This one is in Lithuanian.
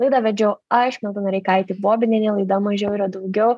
laidą vedžiau aš milda noreikaitė bobinienė laida mažiau yra daugiau